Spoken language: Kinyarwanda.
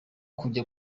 kujya